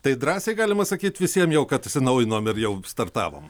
tai drąsiai galima sakyt visiem jog atsinaujinom jau startavom